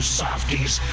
softies